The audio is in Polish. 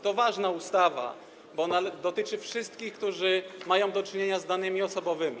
To ważna ustawa, bo ona dotyczy wszystkich, którzy mają do czynienia z danymi osobowymi.